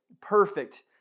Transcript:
perfect